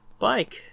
bike